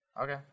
Okay